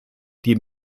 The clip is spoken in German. die